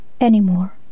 anymore